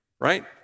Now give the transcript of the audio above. Right